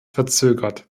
verzögert